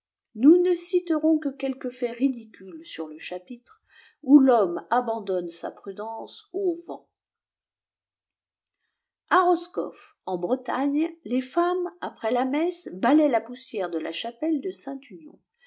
nous ne citerons qm qttiques aits ridicules sur le chapitrepù thomme abandonne sa pnidenoe m ybté a rosçoff en bretagne les femmes après la messe balaient kt peiffè'd df la cbfnpel de